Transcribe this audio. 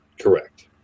Correct